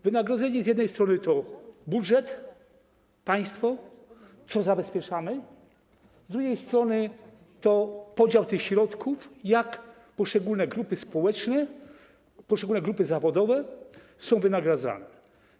Wynagrodzenie z jednej strony to budżet, państwo, co zabezpieczamy, a z drugiej strony podział tych środków, jak poszczególne grupy społeczne, poszczególne grupy zawodowe są wynagradzane.